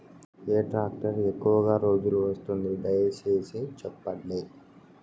ఏ tractor ఎక్కువగా రోజులు వస్తుంది, దయసేసి చెప్పండి?